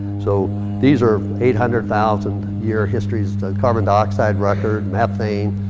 so these are eight hundred thousand year history's carbon dioxide record, methane,